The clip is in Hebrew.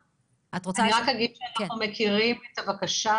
אני רק אגיד שאנחנו מכירים את הבקשה,